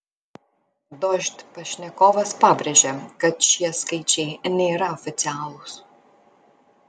dožd pašnekovas pabrėžė kad šie skaičiai nėra oficialūs